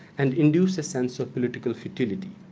and induce a sense of political futility.